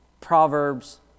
Proverbs